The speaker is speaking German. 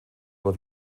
aber